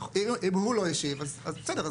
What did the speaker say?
אם הוא לא השיב אז בסדר,